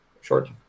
short